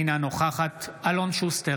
אינה נוכחת אלון שוסטר,